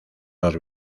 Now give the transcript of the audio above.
los